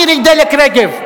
מירי דלק רגב.